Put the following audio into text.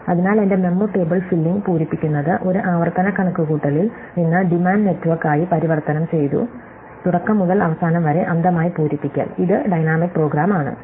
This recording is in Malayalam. അതിനാൽ എന്റെ മെമ്മോ ടേബിൾ ഫില്ലിംഗ് പൂരിപ്പിക്കുന്നത് ഒരു ആവർത്തന കണക്കുകൂട്ടലിൽ നിന്ന് ഡിമാൻഡ് നെറ്റ്വർക്കായി പരിവർത്തനം ചെയ്തു തുടക്കം മുതൽ അവസാനം വരെ അന്ധമായി പൂരിപ്പിക്കൽ ഇത് ഡൈനാമിക് പ്രോഗ്രാം ആണ്